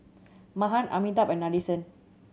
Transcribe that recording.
Mahan Amitabh and Nadesan